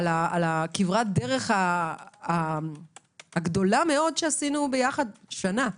על כברת הדרך הגדולה מאוד שעשינו יחד שנה.